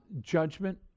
judgment